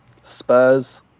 Spurs